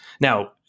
Now